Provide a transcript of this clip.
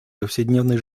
повседневной